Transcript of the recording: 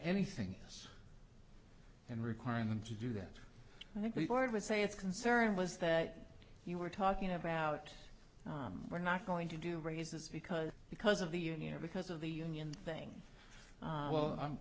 anything else and requiring them to do that i think the board would say it's concern was that you were talking about we're not going to do raises because because of the union or because of the union thing well